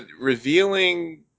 Revealing